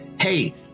hey